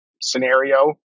scenario